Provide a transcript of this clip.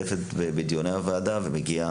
קצרה,